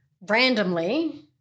Randomly